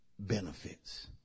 Benefits